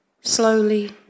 slowly